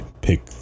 pick